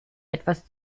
etwas